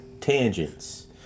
tangents